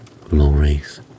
glories